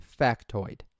factoid